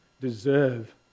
deserve